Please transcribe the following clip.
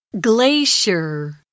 Glacier